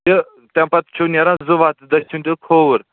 تہٕ تَمہِ پَتہٕ چھُو نیران زٕ وَتہٕ دٔچھُن تہٕ کھۅوُر